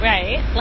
Right